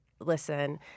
listen